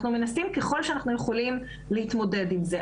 אנחנו מנסים ככל שאנחנו יכולים להתמודד עם זה,